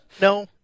No